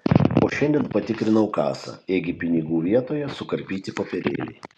o šiandien patikrinau kasą ėgi pinigų vietoje sukarpyti popierėliai